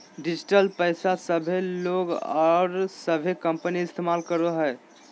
digital पैसा सभे लोग और सभे कंपनी इस्तमाल करो हइ